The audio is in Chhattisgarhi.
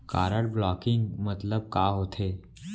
कारड ब्लॉकिंग मतलब का होथे?